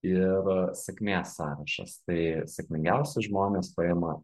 ir sėkmės sąrašas tai sėkmingiausi žmonės paima